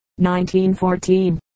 1914